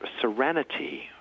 serenity